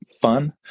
fun